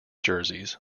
jerseys